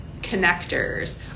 connectors